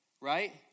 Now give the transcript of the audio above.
right